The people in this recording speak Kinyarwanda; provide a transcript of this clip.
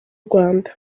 rwanda